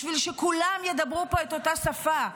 בשביל שכולם ידברו פה את אותה שפה,